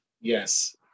Yes